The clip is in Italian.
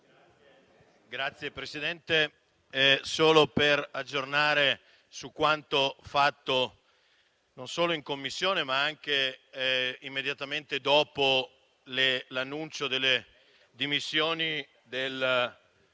Signor Presidente, intervengo per aggiornare su quanto fatto non solo in Commissione, ma anche immediatamente dopo l'annuncio delle dimissioni del CEO Tavares